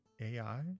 AI